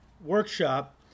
workshop